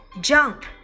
jump